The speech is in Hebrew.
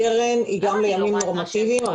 הקרן היא גם לימים נורמטיביים,